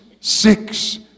six